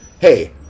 hey